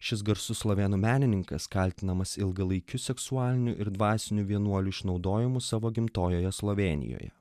šis garsus slovėnų menininkas kaltinamas ilgalaikiu seksualiniu ir dvasiniu vienuolių išnaudojimu savo gimtojoje slovėnijoje